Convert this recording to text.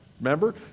Remember